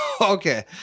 Okay